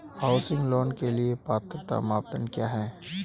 Housing loan के लिए पात्रता मानदंड क्या हैं?